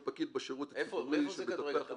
"כל פקיד בשירות הציבורי שמטפח את